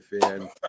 fan